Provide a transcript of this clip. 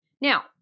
Now